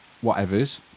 whatever's